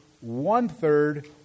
one-third